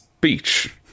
beach